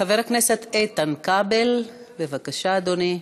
חבר הכנסת איתן כבל, בבקשה, אדוני.